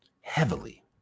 Heavily